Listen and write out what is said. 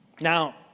Now